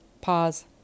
Pause